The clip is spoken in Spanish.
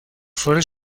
flores